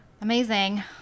Amazing